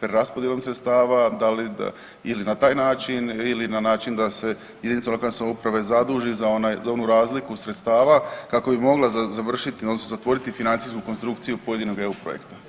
preraspodjelom sredstava da li da ili na taj način ili na način da se jedinice lokalne samouprave zaduži za onu razliku sredstava kako bi mogla završiti odnosno zatvoriti financijsku konstrukciju pojedinog eu projekta.